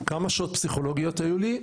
כמה שעות פסיכולוגיות היו לי?